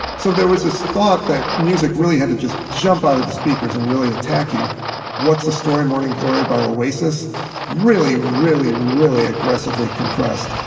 so there was this thought that music really had to just jump out of the speakers and really attack you what's the story morning glory by oasis really, really, really aggressively compressed,